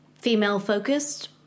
female-focused